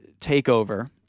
takeover